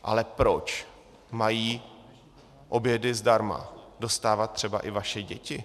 Ale proč mají obědy zdarma dostávat třeba i vaše děti?